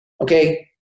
Okay